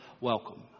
welcome